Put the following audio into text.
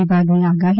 વિભાગની આગાહી